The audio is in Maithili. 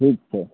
ठीक छै